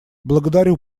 благодарю